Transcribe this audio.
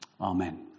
Amen